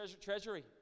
treasury